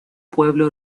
pueblo